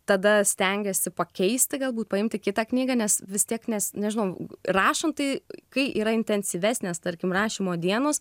tada stengiesi pakeisti galbūt paimti kitą knygą nes vis tiek nes nežinau rašom tai kai yra intensyvesnės tarkim rašymo dienos